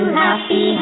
happy